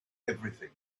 everything